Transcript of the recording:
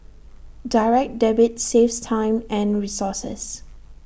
Direct Debit saves time and resources